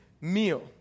meal